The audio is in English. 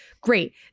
Great